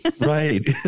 right